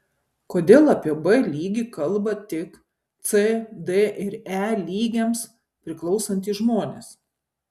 kodėl apie b lygį kalba tik c d ir e lygiams priklausantys žmonės